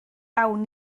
awn